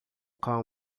cão